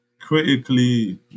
critically